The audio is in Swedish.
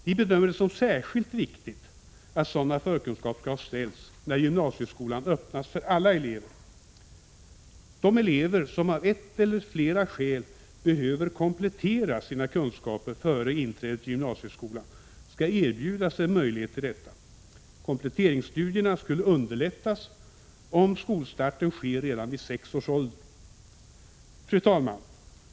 Vi bedömer det som särskilt viktigt att sådana förkunskapskrav ställs när gymnasieskolan öppnas för alla elever. De elever som av ett eller flera skäl behöver komplettera sina kunskaper före inträdet i gymnasieskolan skall erbjudas en möjlighet till detta. Kompletteringsstudierna skulle underlättas, om skolstarten skedde redan vid sex års ålder. Fru talman!